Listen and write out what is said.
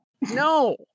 No